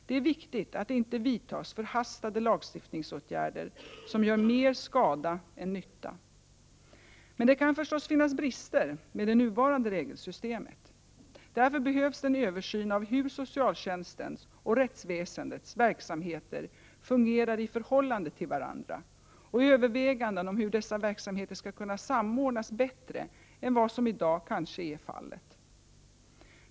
Det är viktigt at det inte vidtas förhastade lagstiftningsåtgärder som gör mer skada än nytta. Men det kan förstås finnas brister med det nuvarande regelsystemet. Därför behövs det en översyn av hur socialtjänstens och rättsväsendets verksamheter fungerar i förhållande till varandra och överväganden om hur dessa verksamheter skall kunna samordnas bättre än vad som i dag kanske är fallet.